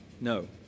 No